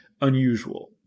unusual